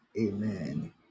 Amen